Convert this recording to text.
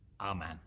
Amen